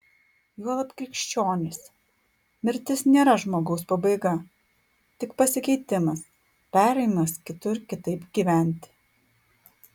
juolab krikščionys mirtis nėra žmogaus pabaiga tik pasikeitimas perėjimas kitur kitaip gyventi